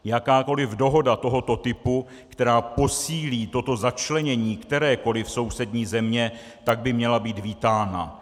Jakákoli dohoda tohoto typu, která posílí toto začlenění kterékoli sousední země, by měla být vítána.